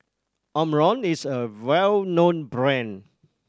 Omron is a well known brand